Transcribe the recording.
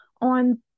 on